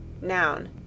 Noun